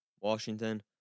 Washington